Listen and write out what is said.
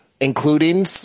including